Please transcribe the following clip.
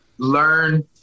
learn